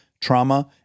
trauma